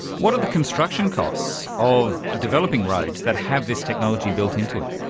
what are the construction costs of developing roads that have this technology built into it?